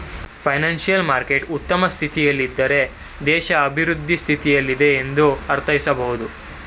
financial market ಉತ್ತಮ ಸ್ಥಿತಿಯಲ್ಲಿದ್ದಾರೆ ದೇಶ ಅಭಿವೃದ್ಧಿ ಸ್ಥಿತಿಯಲ್ಲಿದೆ ಎಂದು ಅರ್ಥೈಸಬಹುದು